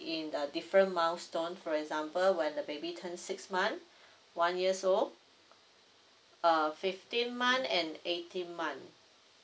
in the different milestone for example when the baby turn six month one years old uh fifteen month and eighteen month